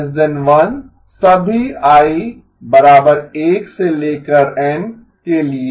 1 सभी i 1 N के लिए